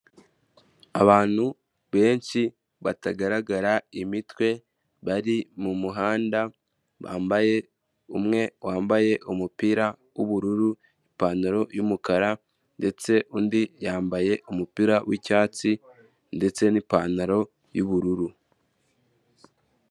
Abantu benshi batagaragara imitwe bari mu muhanda, umwe wambaye umupira w'ubururu, ipantaro y'umukara ndetse undi yambaye umupira w'icyatsi ndetse n'ipantaro y'ubururu.